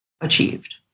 achieved